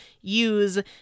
use